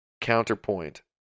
counterpoint